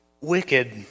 wicked